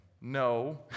No